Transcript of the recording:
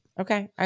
Okay